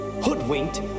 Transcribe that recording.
hoodwinked